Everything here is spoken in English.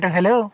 Hello